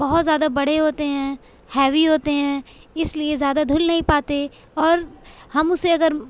بہت زیادہ بڑے ہوتے ہیں ہیوی ہوتے ہیں اس لیے زیادہ دھل نہیں پاتے اور ہم اسے اگر